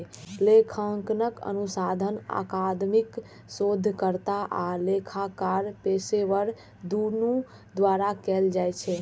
लेखांकन अनुसंधान अकादमिक शोधकर्ता आ लेखाकार पेशेवर, दुनू द्वारा कैल जाइ छै